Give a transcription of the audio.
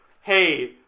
hey